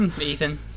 Ethan